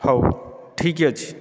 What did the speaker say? ହେଉ ଠିକ ଅଛି